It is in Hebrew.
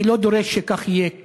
אני לא דורש שכך יהיה כאן,